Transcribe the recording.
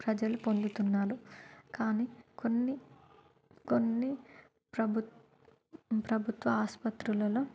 ప్రజలు పొందుతున్నారు కానీ కొన్ని కొన్ని ప్రభుత్వ ప్రభుత్వ ఆసుపత్రులలో